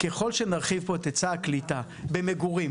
ככל שנרחיב פה את היצע הקליטה במגורים